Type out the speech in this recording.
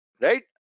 right